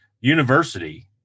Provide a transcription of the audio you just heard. university